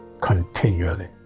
continually